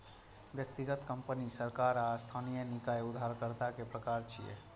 व्यक्तिगत, कंपनी, सरकार आ स्थानीय निकाय उधारकर्ता के प्रकार छियै